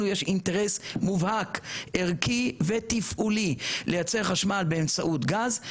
לנו יש אינטרס מובהק ערכי ותפעולי ליצר חשמל באמצעות גז,